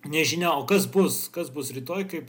nežinia o kas bus kas bus rytoj kaip